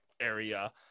area